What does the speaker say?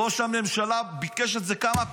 ראש הממשלה ביקש את זה כמה פעמים,